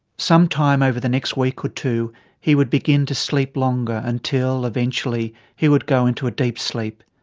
sometime over the next week or two he would begin to sleep longer until eventually he would go into a deep sleep.